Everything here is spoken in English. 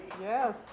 Yes